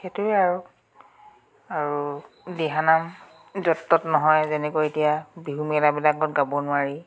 সেইটোৱে আৰু আৰু দিহানাম য'ত ত'ত নহয় যেনেকৈ এতিয়া বিহুমেলাবিলাকত গাব নোৱাৰি